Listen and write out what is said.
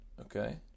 okay